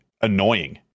annoying